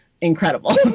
incredible